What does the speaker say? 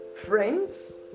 friends